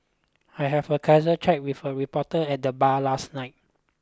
I have a casual chat with a reporter at the bar last night